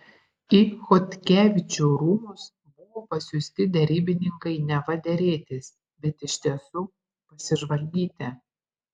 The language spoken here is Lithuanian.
į chodkevičių rūmus buvo pasiųsti derybininkai neva derėtis bet iš tiesų pasižvalgyti